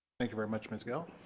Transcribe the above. thank you very much. ms gill?